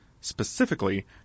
Specifically